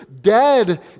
dead